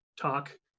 talk